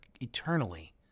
eternally